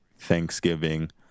Thanksgiving